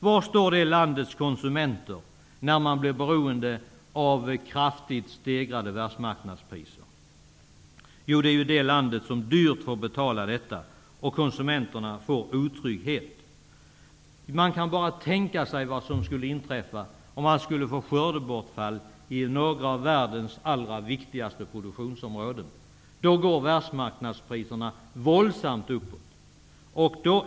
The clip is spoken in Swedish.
Var står det landets konsumenter när man blir beroende av kraftigt stegrade världsmarknadspriser? Det landet får dyrt betala detta, och konsumenterna får känna otrygghet. Man kan bara tänka sig vad som skulle inträffa om det skulle bli skördebortfall i några av världens allra viktigaste produktionsområden. Då går världsmarknadspriserna våldsamt uppåt.